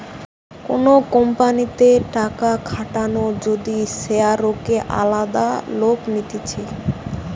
কোন কোম্পানিতে টাকা খাটানো যদি শেয়ারকে আলাদা লোক নিতেছে